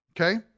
Okay